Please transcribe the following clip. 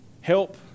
help